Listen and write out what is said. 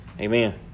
Amen